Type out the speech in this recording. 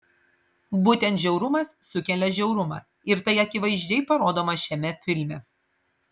būtent žiaurumas sukelia žiaurumą ir tai akivaizdžiai parodoma šiame filme